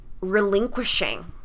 relinquishing